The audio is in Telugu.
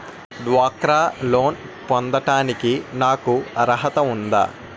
డ్వాక్రా లోన్ పొందటానికి నాకు అర్హత ఉందా?